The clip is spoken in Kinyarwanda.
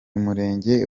murenge